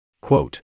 Quote